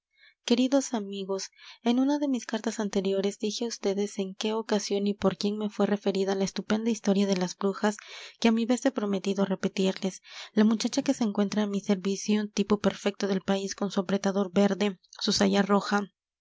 queridos amigos en una de mis cartas anteriores dije á ustedes en qué ocasión y por quién me fué referida la estupenda historia de las brujas que á mi vez he prometido repetirles la muchacha que se encuentra á mi servicio tipo perfecto del país con su apretador verde su saya roja